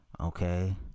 okay